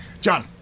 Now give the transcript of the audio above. John